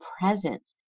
present